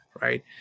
Right